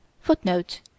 Footnote